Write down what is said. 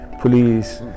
police